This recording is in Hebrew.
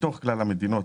מתוך כלל המדינות